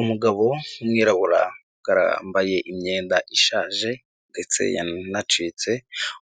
Umugabo w'umwirabura wambaye imyenda ishaje ndetse yanacitse,